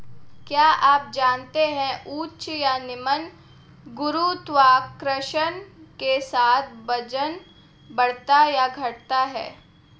क्या आप जानते है उच्च या निम्न गुरुत्वाकर्षण के साथ वजन बढ़ता या घटता है?